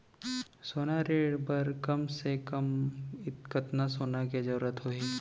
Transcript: सोना ऋण बर कम से कम कतना सोना के जरूरत होही??